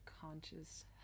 conscious